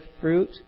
fruit